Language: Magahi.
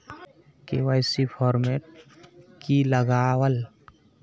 के.वाई.सी फॉर्मेट की लगावल?